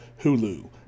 Hulu